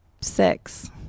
six